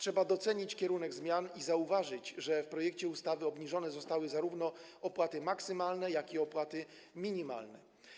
Należy docenić kierunek zmian i zauważyć, że w projekcie ustawy obniżone zostały zarówno opłaty maksymalne, jak i opłaty minimalne.